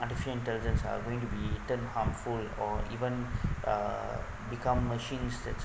artificial intelligence are going to be eaten harmful or even uh become machines that